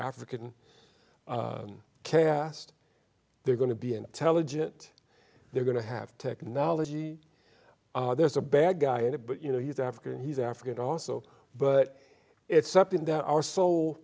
african cast they're going to be intelligent they're going to have technology there's a bad guy in it but you know he's african he's african also but it's something that our so